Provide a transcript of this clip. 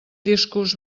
discurs